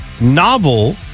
novel